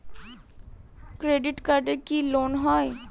Credit কার্ডে কি loan হয়?